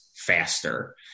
faster